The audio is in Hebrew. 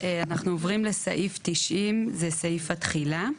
אנחנו עוברים לסעיף 90, זה סעיף התחילה.